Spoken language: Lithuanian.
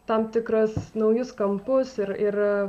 tam tikras naujus kampus ir ir